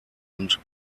und